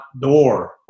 door